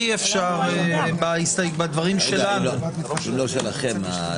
אפשר בדברים שלנו.